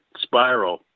spiral